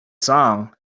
song